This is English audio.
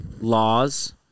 laws